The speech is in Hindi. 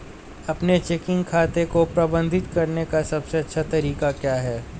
अपने चेकिंग खाते को प्रबंधित करने का सबसे अच्छा तरीका क्या है?